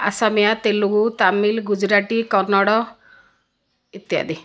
ଅସାମିଆ ତେଲୁଗୁ ତାମିଲ ଗୁଜୁରାତି କନ୍ନଡ଼ ଇତ୍ୟାଦି